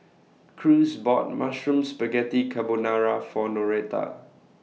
Cruz bought Mushroom Spaghetti Carbonara For Noretta